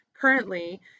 currently